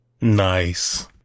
nice